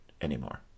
anymore